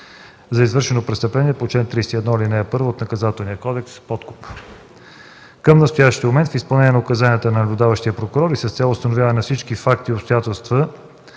за извършено престъпление по чл. 301, ал. 1 от Наказателния кодекс – подкуп. Към настоящия момент в изпълнение на указанията на наблюдаващия прокурор и с цел установяване на всички факти и обстоятелства